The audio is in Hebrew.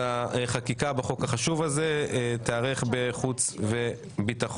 החקיקה בחוק החשוב הזה תיערך בוועדת חוץ וביטחון.